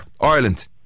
Ireland